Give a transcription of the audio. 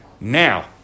Now